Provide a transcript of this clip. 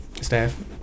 Staff